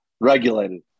Regulated